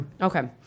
Okay